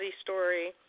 story